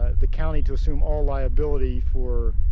ah the county to assume all liability for